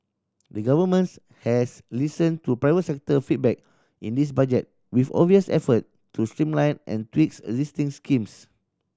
the Governments has listened to private sector feedback in this Budget with obvious effort to streamline and tweak existing schemes